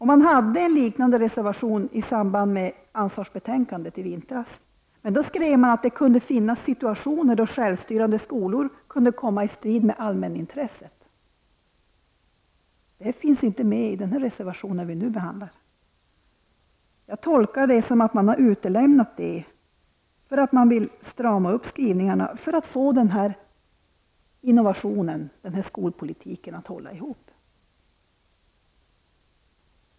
Man hade en liknande reservation i samband med ansvarsbetänkandet i vintras. Men då skrev man att det kunde finnas situationer där självstyrande skolor kunde komma i strid med allmänintresset. Detta tas inte upp i den nu aktuella reservationen. Jag gör tolkningen att man har utelämnat det därför att man vill strama upp skrivningarna. Man vill ju få den här innovationen, den här skolpolitiken, att hänga ihop.